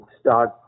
start